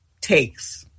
takes